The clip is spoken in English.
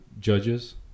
judges